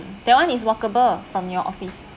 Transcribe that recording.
that one is walkable from your office